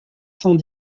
cent